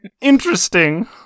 interesting